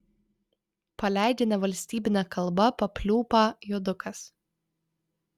paleidžia nevalstybine kalba papliūpą juodukas